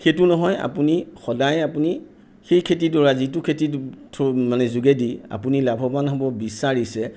সেইটো নহয় আপুনি সদায় আপুনি সেই খেতিডৰা যিটো খেতিৰ থ্ৰ' যোগেদি আপুনি লাভৱান হ'ব বিচাৰিছে